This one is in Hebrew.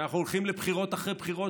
שאנחנו הולכים לבחירות אחרי בחירות,